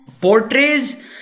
portrays